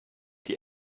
die